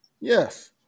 Yes